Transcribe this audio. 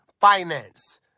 finance